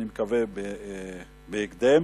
אני מקווה, בהקדם.